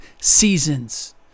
seasons